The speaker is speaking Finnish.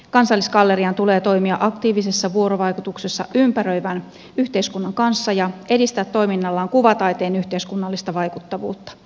kansallisgallerian tulee toimia aktiivisessa vuorovaikutuksessa ympäröivän yhteiskunnan kanssa ja edistää toiminnallaan kuvataiteen yhteiskunnallista vaikuttavuutta